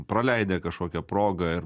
praleidę kažkokią progą ir